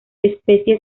especie